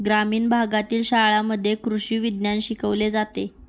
ग्रामीण भागातील शाळांमध्ये कृषी विज्ञान शिकवले जाते